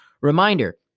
Reminder